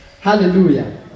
Hallelujah